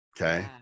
Okay